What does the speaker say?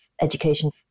education